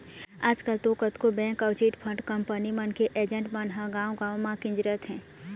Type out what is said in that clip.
आजकल तो कतको बेंक अउ चिटफंड कंपनी मन के एजेंट मन ह गाँव गाँव म गिंजरत हें